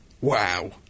Wow